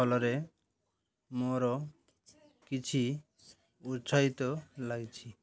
ଫଳରେ ମୋର କିଛି ଉତ୍ସାହିତ ଲାଗିଛି